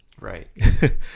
right